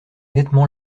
nettement